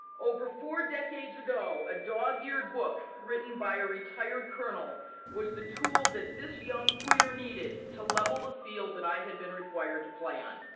over four decades ago, a dog eared book written by a retired colonel was the tool this young queer needed to level the field that i had been required to play on,